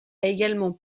également